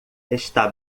está